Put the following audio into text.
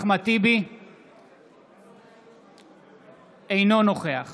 אינו נוכח